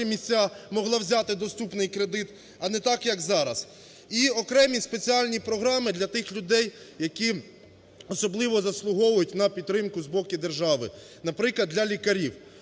місця, могла взяти доступний кредит, а не так, як зараз; і окремі спеціальні програми для тих людей, які особливо заслуговують на підтримку з боку держави, наприклад, для лікарів.